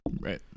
Right